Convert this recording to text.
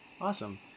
Awesome